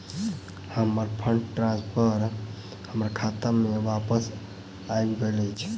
हमर fund transfer हमर खाता मे बापस आबि गइल अछि